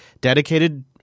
dedicated